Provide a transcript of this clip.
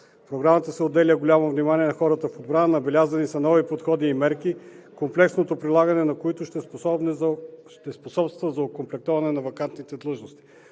Програма 2032 се отделя голямо внимание на хората в отбраната. Набелязани са нови подходи и мерки, комплексното прилагане на които ще спомогне за окомплектоване на вакантните длъжности.